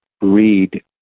read